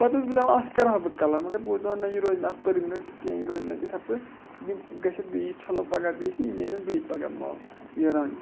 پَتہٕ اوسُس بہٕ دَپان اَتھ کرہا بہٕ کَلَر مگر بہٕ اوسُس دَپان نہ یہِ روزِ نہٕ اَتھ پٔرمِنٮ۪نٛٹ کینٛہہ یہِ روزِ نہٕ اِتھَے پٲٹھۍ یِم گژھِ بیٚیہِ چھَلو پَگاہ بیٚیہِ تہِ یہِ نٮ۪رِ اَتھ بیٚیہِ پَگاہ مَل یہِ رَنگ